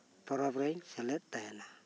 ᱯᱚᱨᱚᱵ ᱨᱮᱧ ᱥᱮᱞᱮᱫ ᱛᱟᱦᱮᱱᱟ